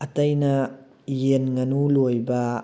ꯑꯇꯩꯅ ꯌꯦꯟ ꯉꯥꯅꯨ ꯂꯣꯏꯕ